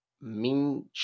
Min